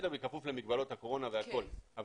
בכפוף למגבלות הקורונה והכול.